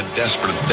desperate